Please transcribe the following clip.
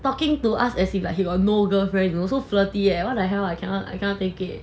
talking to us as if like he got no girlfriend you know so flirty leh what the hell I cannot I cannot take it